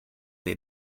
they